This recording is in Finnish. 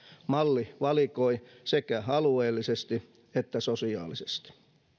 malli valikoi sekä alueellisesti että sosiaalisesti